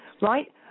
right